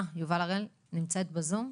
הראל, נמצאת בזום.